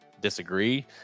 disagree